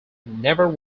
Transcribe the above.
never